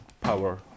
power